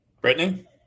Brittany